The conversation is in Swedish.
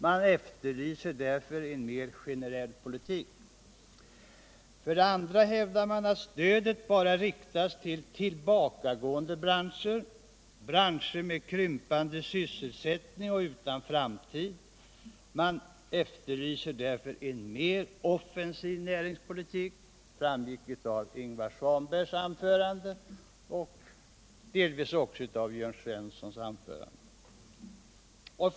Man efterlyser därför en mer generell politik. För det andra hävdar man att stödet riktats bara till tillbakagående branscher med krympande sysselsättning och utan framtid. Man efterlyser därför en mer offensiv näringspolitik. Det framgick av Ingvar Svanbergs anförande och delvis också av Jörn Svenssons anförande.